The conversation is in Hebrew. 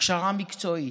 הכשרה מקצועית,